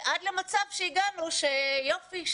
הגענו למצב שיופי,